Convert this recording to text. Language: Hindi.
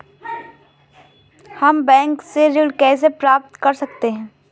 हम बैंक से ऋण कैसे प्राप्त कर सकते हैं?